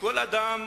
לכל אדם